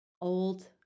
old